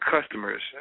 customers